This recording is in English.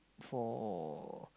for